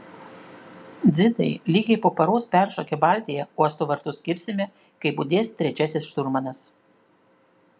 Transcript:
dzidai lygiai po paros peršokę baltiją uosto vartus kirsime kai budės trečiasis šturmanas